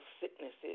sicknesses